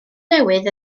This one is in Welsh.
newydd